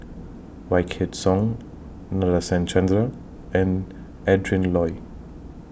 Wykidd Song Nadasen Chandra and Adrin Loi